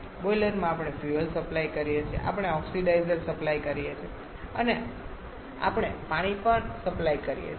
બોઈલરમાં આપણે fuel supply કરીએ છીએ આપણે ઓક્સિડાઇઝર સપ્લાય કરીએ છીએ અને આપણે પાણી પણ સપ્લાય કરીએ છીએ